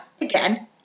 again